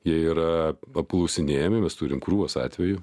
jie yra apklausinėjami mes turim krūvas atvejų